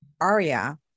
aria